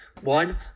one